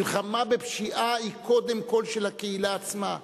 מלחמה בפשיעה היא קודם כול של הקהילה עצמה.